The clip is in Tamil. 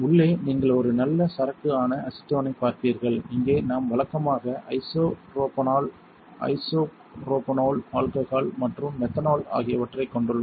உள்ளே நீங்கள் ஒரு நல்ல சரக்கு ஆன அசிட்டோன் ஐ பார்ப்பீர்கள் இங்கே நாம் வழக்கமாக ஐசோப்ரோபனோல் ஐசோப்ரோபனோல் ஆல்கஹால் மற்றும் மெத்தனால் ஆகியவற்றைக் கொண்டுள்ளோம்